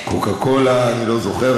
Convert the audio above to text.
"קוקה-קולה" אני לא זוכר.